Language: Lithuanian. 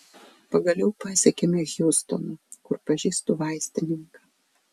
pagaliau pasiekėme hjustoną kur pažįstu vaistininką